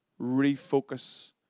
refocus